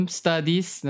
studies